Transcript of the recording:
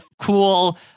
cool